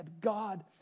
God